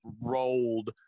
rolled